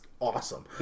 awesome